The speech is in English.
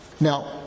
Now